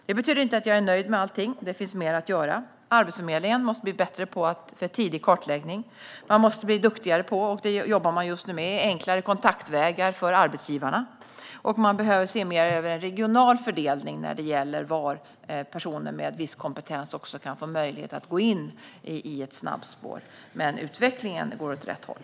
Det betyder inte att jag är nöjd med allting. Det finns mer att göra. Arbetsförmedlingen måste bli bättre på tidig kartläggning, den måste bli duktigare på enklare kontaktvägar för arbetsgivarna, vilket den jobbar med just nu, och den behöver se över den regionala fördelningen när det gäller var personer med viss kompetens kan få möjlighet att gå in i ett snabbspår. Utvecklingen går dock åt rätt håll.